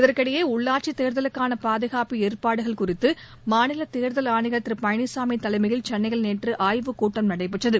இதற்கிடையே உள்ளாட்சித் தேர்தலுக்கான பாதுகாப்பு ஏற்பாடுகள் குறித்து மாநில தேர்தல் ஆணையர் திரு பழனிச்சாமி தலைமையில் சென்னையில் நேற்று ஆய்வுக் கூட்டம் நடைபெற்றது